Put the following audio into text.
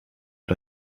but